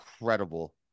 incredible